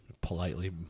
Politely